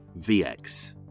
VX